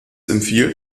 empfiehlt